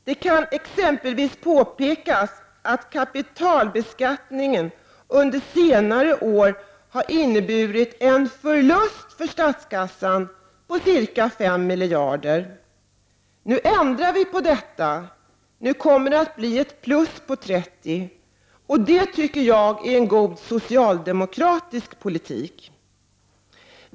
Det kan exempelvis påpekas att kapitalbeskattningen under senare år har inneburit en ”förlust” för statskassan på ca 5 miljarder kronor. Nu ändrar vi på detta. Nu kommer det att bli ett plus på 30 miljarder kronor, och det anser jag vara en god socialdemokratisk politik.